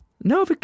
No